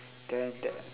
then that